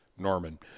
Norman